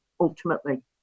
ultimately